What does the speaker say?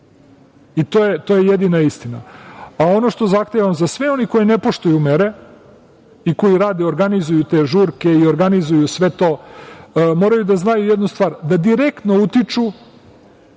To je jedina istina. Ono što zahtevam za sve one koji ne poštuju mere, i koji rade i organizuju te žurke, i organizuju sve to, moraju da znaj jednu stvar da direktno utiču